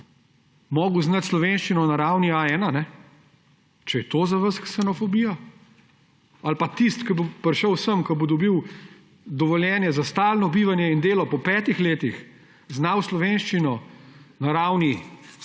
družino, moral znati slovenščino na ravni A1 – če je to za vas ksenofobija … Ali pa tisti, ki bo prišel sem, ko bo dobil dovoljenje za stalno bivanje in delo po petih letih, znal slovenščino na tej